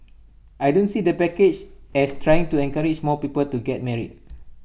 I don't see the package as trying to encourage more people to get married